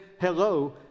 Hello